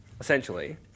Essentially